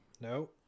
No